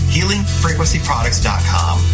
HealingFrequencyProducts.com